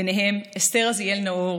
ובהם אסתר רזיאל-נאור,